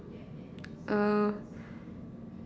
uh